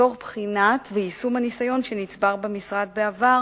תוך בחינה ויישום של הניסיון שנצבר במשרד בעבר